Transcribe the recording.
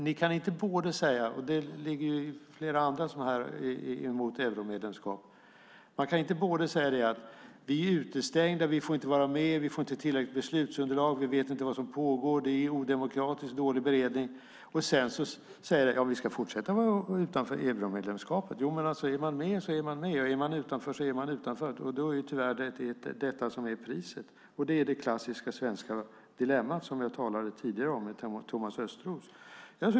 Ni kan inte - det ligger i flera andra budskap mot euromedlemskap - både säga: Vi är utestängda, vi får inte vara med, vi får inte tillräckliga beslutsunderlag, vi vet inte vad som pågår, det är odemokratiskt, dålig beredning och sedan säga att vi ska fortsätta vara utanför euromedlemskapet. Är man med är man med, är man utanför är man utanför. Då är det tyvärr detta som är priset. Det är det klassiska svenska dilemmat som jag talade om tidigare med Thomas Östros.